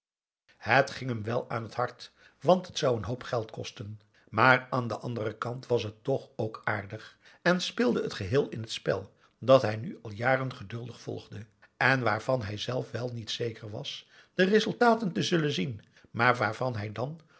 het ging hem wel aan t hart want het zou een hoop geld kosten maar aan den anderen kant was het toch ook aardig en speelde het geheel in t spel dat hij nu al jaren geduldig volgde en waarvan hij zelf wel niet zeker was de resultaten te zullen zien maar waarvan hij dan